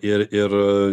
ir ir